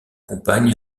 compagne